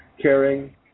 caring